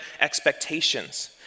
expectations